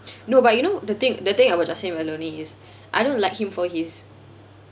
no but you know the thing the thing about justin baldoni is I don't like him for his